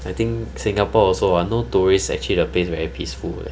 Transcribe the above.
I think singapore also no tourists actually the place were peaceful right